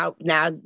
Now